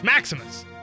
Maximus